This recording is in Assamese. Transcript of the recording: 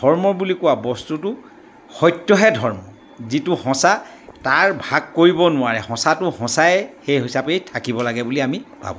ধৰ্ম বুলি কোৱা বস্তুটো সত্যহে ধৰ্ম যিটো সঁচা তাৰ ভাগ কৰিব নোৱাৰে সঁচাটো সঁচাই সেই হিচাপেই থাকিব লাগে বুলি আমি ভাবোঁ